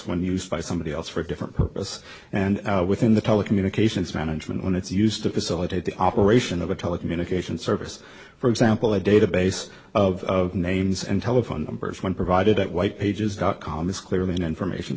when used by somebody else for a different purpose and within the telecommunications management when it's used to facilitate the operation of a telecommunications service for example the database of names and telephone numbers one provided at white pages dot com is clearly an information